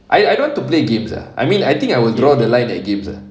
I I don't want to play games ah I mean I think I would draw the line at games ah